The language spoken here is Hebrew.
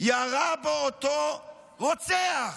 ירה בו אותו רוצח,